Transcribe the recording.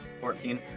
fourteen